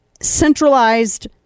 centralized